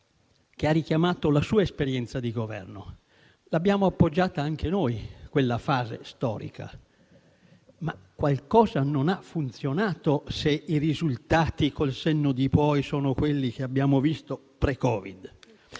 che ha richiamato la sua esperienza di Governo; abbiamo appoggiato anche noi quella fase storica, ma qualcosa non ha funzionato se i risultati, col senno di poi, sono quelli che abbiamo visto pre- Covid.